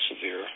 severe